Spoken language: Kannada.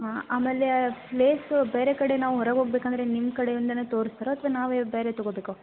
ಹಾಂ ಆಮೇಲೆ ಪ್ಲೇಸು ಬೇರೆ ಕಡೆ ನಾವು ಹೊರಗೆ ಹೋಗ್ಬೇಕಂದ್ರೆ ನಿಮ್ಮ ಕಡೆಯಿಂದಾನೇ ತೋರಿಸ್ತಾರೋ ಅಥವಾ ನಾವೇ ಬೇರೆ ತಗೋಬೇಕೋ